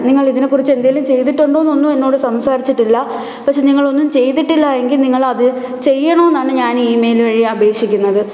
നിങ്ങൾ ഇതിനെക്കുറിച്ച് എന്തെങ്കിലും ചെയ്തിട്ടുണ്ടോ എന്നൊന്നും എന്നോട് സംസാരിച്ചിട്ടില്ല പക്ഷേ നിങ്ങളൊന്നും ചെയ്തിട്ടില്ലായെങ്കിൽ നിങ്ങളത് ചെയ്യണം എന്നാണ് ഞാൻ ഈമെയില് വഴി അപേഷിക്കുന്നത്